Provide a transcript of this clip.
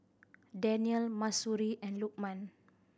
Danial Mahsuri and Lokman